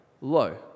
low